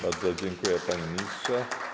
Bardzo dziękuję, panie ministrze.